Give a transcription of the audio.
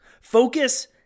focus